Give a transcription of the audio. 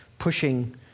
pushing